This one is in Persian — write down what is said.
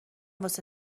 واسه